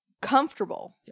comfortable